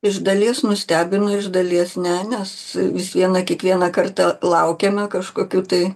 iš dalies nustebino iš dalies ne nes vis viena kiekvieną kartą laukiame kažkokių tai